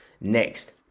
Next